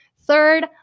Third